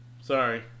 Sorry